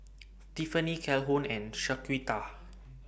Tiffanie Calhoun and Shaquita